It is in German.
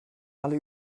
alle